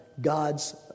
God's